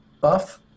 buff